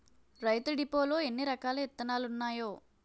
రైతు డిపోలో ఎన్నిరకాల ఇత్తనాలున్నాయో